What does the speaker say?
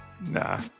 Nah